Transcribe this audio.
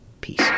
Peace